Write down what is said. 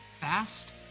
fast